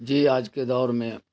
جی آج کے دور میں